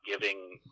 giving –